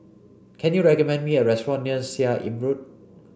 can you recommend me a restaurant near Seah Im Road